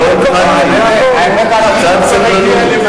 קצת סבלנות.